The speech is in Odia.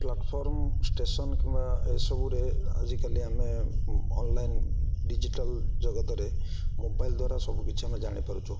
ପ୍ଲାଟଫର୍ମ ଷ୍ଟେସନ୍ କିମ୍ବା ଏସବୁରେ ଆଜିକାଲି ଆମେ ଅନଲାଇନ୍ ଡିଜିଟାଲ୍ ଜଗତରେ ମୋବାଇଲ୍ ଦ୍ଵାରା ସବୁକିଛି ଆମେ ଜାଣିପାରୁଛୁ